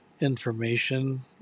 information